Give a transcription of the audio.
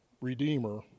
redeemer